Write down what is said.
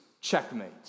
checkmate